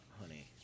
Honey